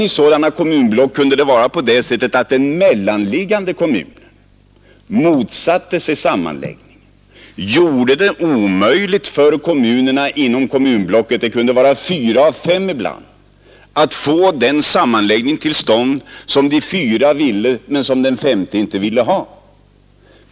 I sådana kommunblock kunde emellertid en mellanliggande kommun motsätta sig sammanläggning och göra det omöjligt för de fyra eller fem övriga, kommunerna i blocket att få en sammanläggning till stånd.